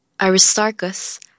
Aristarchus